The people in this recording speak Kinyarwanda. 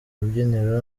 rubyiniro